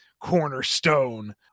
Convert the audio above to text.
cornerstone